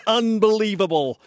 unbelievable